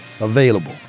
available